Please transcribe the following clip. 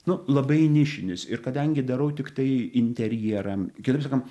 nu labai nišinis ir kadangi darau tiktai interjeram kitaip sakant